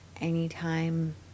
anytime